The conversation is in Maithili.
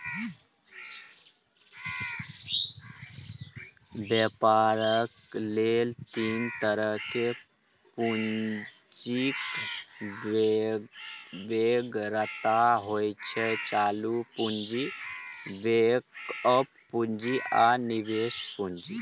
बेपार लेल तीन तरहक पुंजीक बेगरता होइ छै चालु पुंजी, बैकअप पुंजी आ निबेश पुंजी